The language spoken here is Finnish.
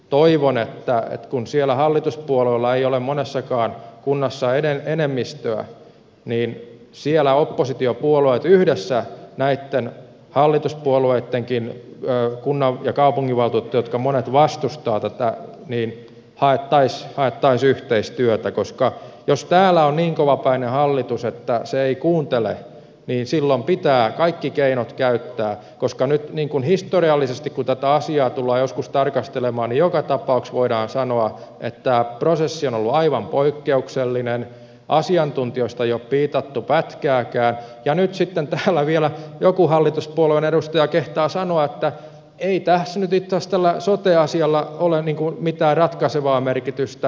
toivon että kun siellä hallituspuolueilla ei ole monessakaan kunnassa enemmistöä niin siellä oppositiopuolueet yhdessä näitten hallituspuolueittenkin kunnan ja kaupunginvaltuutettujen kanssa joista monet vastustavat tätä hakisivat yhteistyötä koska jos täällä on niin kovapäinen hallitus että se ei kuuntele niin silloin pitää kaikki keinot käyttää koska nyt kun historiallisesti tätä asiaa tullaan joskus tarkastelemaan joka tapauksessa voidaan sanoa että tämä prosessi on ollut aivan poikkeuksellinen asiantuntijoista ei ole piitattu pätkääkään ja nyt sitten täällä vielä joku hallituspuolueen edustaja kehtaa sanoa että ei tässä nyt itse asiassa tällä sote asialla ole mitään ratkaisevaa merkitystä